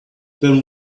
then